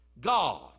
God